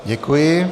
Děkuji.